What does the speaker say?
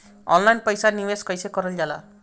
Online पईसा कईसे निवेश करल जाला?